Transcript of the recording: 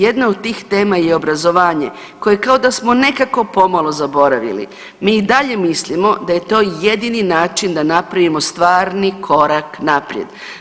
Jedna od tih tema je obrazovanje koje kao da smo nekako pomalo zaboravili, mi i dalje mislimo da je to jedini način da napravimo stvarni korak naprijed.